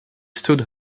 stood